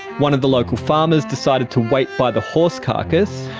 one of the local farmers decided to wait by the horse carcass.